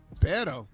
better